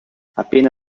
appena